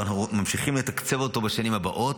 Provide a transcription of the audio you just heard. ואנחנו ממשיכים לתקצב אותו בשנים הבאות.